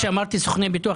כשאמרתי סוכני ביטוח,